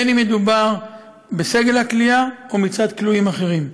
בין שמדובר בסגל הכליאה או מצד כלואים אחרים.